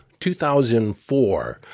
2004